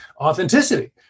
authenticity